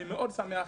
אני מאוד שמח,